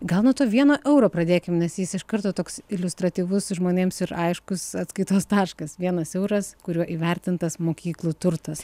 gal nuo to vieno euro pradėkim nes jis iš karto toks iliustratyvus žmonėms ir aiškus atskaitos taškas vienas euras kuriuo įvertintas mokyklų turtas